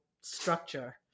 structure